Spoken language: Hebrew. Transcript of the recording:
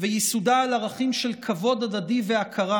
וייסודה על ערכים של כבוד הדדי והכרה